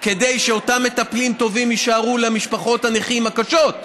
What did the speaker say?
כדי שאותם מטפלים טובים יישארו בשביל משפחות הנכים הקשות,